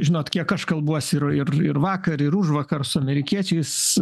žinot kiek aš kalbuosi ir ir ir vakar ir užvakar su amerikiečiais